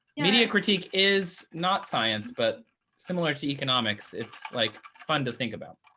media critique is not science. but similar to economics, it's like fun to think about.